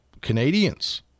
Canadians